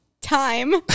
Time